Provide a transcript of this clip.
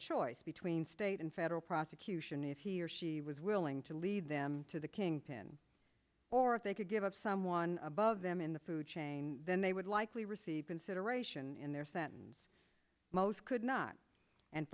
choice between state and federal prosecution if he or she was willing to lead them to the king pin or if they could give up someone above them in the food chain then they would likely receive consideration in their sentence most could not and